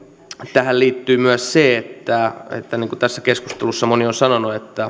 tähän liittyy myös se että niin kuin tässä keskustelussa moni on